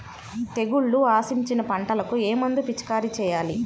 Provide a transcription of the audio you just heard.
తెగుళ్లు ఆశించిన పంటలకు ఏ మందు పిచికారీ చేయాలి?